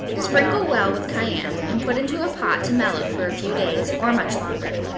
sprinkle well with cayenne and put into a pot to mellow for a few days, or much longer.